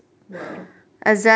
!wow!